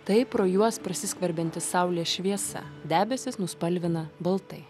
tai pro juos prasiskverbianti saulės šviesa debesis nuspalvina baltai